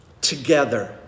Together